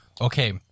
okay